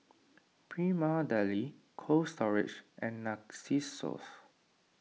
Prima Deli Cold Storage and Narcissus